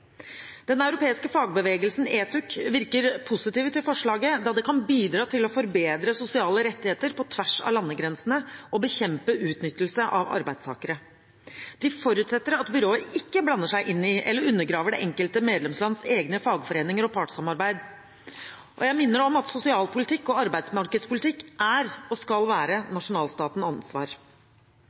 Den europeiske fagbevegelsen, ETUC, virker positiv til forslaget, da det kan bidra til å forbedre sosiale rettigheter på tvers av landegrensene og bekjempe utnyttelse av arbeidstakere. De forutsetter at byrået ikke blander seg inn i eller undergraver det enkelte medlemslands egne fagforeninger og partssamarbeid. Jeg minner om at sosialpolitikk og arbeidsmarkedspolitikk er og skal være nasjonalstatens ansvar.